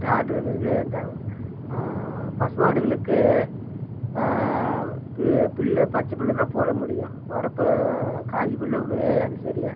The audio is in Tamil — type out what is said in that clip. டாக்டரு வந்தாவோ பசு மாடுகளுக்கு பி புல்லு பச்ச புல்லுதான் போட முடியும் வரப்பு காஞ்ச புல்லு மேயாது சரியா